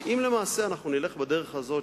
ואם למעשה אנחנו נלך בדרך הזאת,